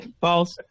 False